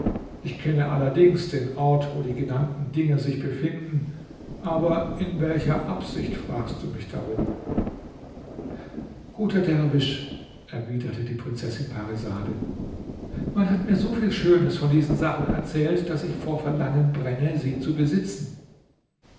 ich kenne allerdings den ort wo die genannten dinge sich finden aber in welcher absicht fragst du mich darum guter derwisch erwiderte die prinzessin parisade man hat mir so viel schönes von diesen sachen erzählt daß ich vor verlangen brenne sie zu besitzen